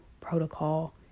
protocol